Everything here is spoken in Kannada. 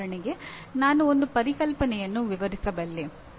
ಉದಾಹರಣೆಗೆ ನಾನು ಒಂದು ಪರಿಕಲ್ಪನೆಯನ್ನು ವಿವರಿಸಬಲ್ಲೆ